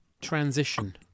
transition